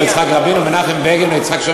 כמעט אף פעם לא דנים לגופו של עניין.